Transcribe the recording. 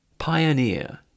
Pioneer